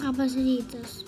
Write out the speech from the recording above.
labas rytas